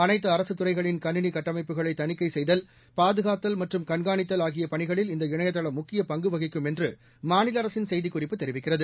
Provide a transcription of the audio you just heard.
அனைத்து அரசு துறைகளின் கணினி கட்டமைப்புகளை தணிக்கை செய்தல் பாதுகாத்தல் மற்றும் கண்காணித்தல் ஆகிய பணிகளில் இந்த இணையதளம் முக்கியப் பங்கு வகிக்கும் என்று மாநில அரசின் செய்திக் குறிப்பு தெரிவிக்கிறது